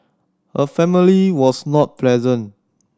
her family was not present